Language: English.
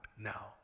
now